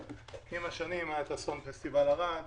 עם השנים, היה את אסון פסטיבל ערד